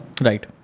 Right